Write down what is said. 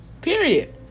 period